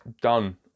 done